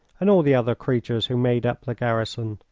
and all the other creatures who made up the garrison?